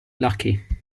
lucky